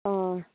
অঁ